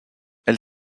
elle